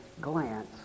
glance